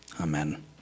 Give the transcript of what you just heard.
Amen